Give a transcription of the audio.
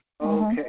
Okay